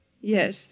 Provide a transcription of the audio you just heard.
Yes